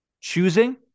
choosing